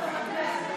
נגד החיילים, בעד הכיסא,